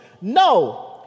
no